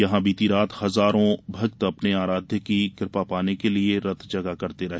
यहां बीती रात हजारों भक्त अपने आराध्य की कृपा पाने के लिए रतजगा करते रहे